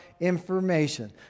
information